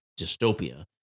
dystopia